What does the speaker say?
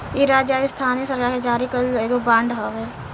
इ राज्य या स्थानीय सरकार के जारी कईल एगो बांड हवे